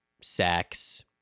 sex